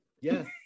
Yes